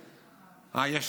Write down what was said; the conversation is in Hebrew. אה,